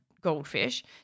Goldfish